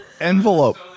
envelope